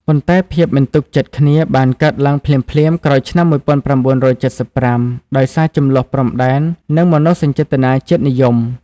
ប៉ុន្តែភាពមិនទុកចិត្តគ្នាបានកើតឡើងភ្លាមៗក្រោយឆ្នាំ១៩៧៥ ដោយសារជម្លោះព្រំដែន និងមនោសញ្ចេតនាជាតិនិយម។